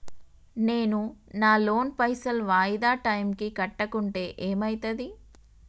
నేను నా లోన్ పైసల్ వాయిదా టైం కి కట్టకుంటే ఏమైతది?